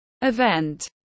event